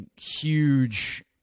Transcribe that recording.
huge